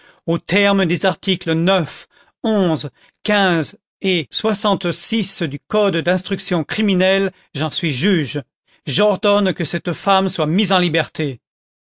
aux termes des articles neuf onze quinze et soixante-six du code d'instruction criminelle j'en suis juge j'ordonne que cette femme soit mise en liberté